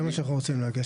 זה מה שאנחנו רוצים להגיע,